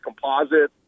composite